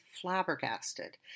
flabbergasted